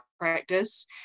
practice